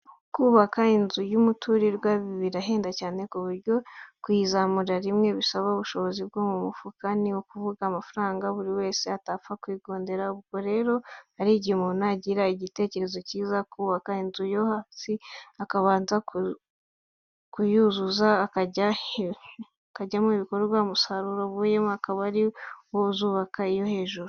Kubaka inzu y'umuturirwa birahenda cyane, ku buryo kuyizamurira rimwe bisaba ubushobozi bwo mu mufuka, ni ukuvuga amafaranga, buri wese atapfa kwigondera, ubwo rero hari igihe umuntu agira igitekerezo cyiza, akubaka inzu yo hasi akabanza akayuzuza, ikajyamo ibikorwa, umusaruro uvuyemo akaba ari wo uzubaka iyo hejuru.